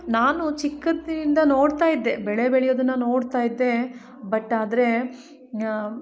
ನಾನು ಚಿಕ್ಕಂದಿನಿಂದ ನೋಡ್ತಾ ಇದ್ದೇ ಬೆಳೆ ಬೆಳೆಯೋದನ್ನು ನೋಡ್ತಾ ಇದ್ದೇ ಬಟ್ ಆದರೆ